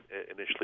initially